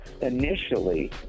Initially